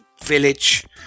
village